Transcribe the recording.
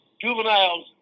juveniles